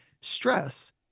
stress